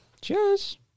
Cheers